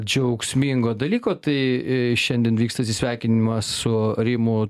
džiaugsmingo dalyko tai šiandien vyksta atsisveikinimas su rimu